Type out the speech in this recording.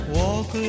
walk